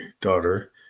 daughter